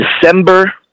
December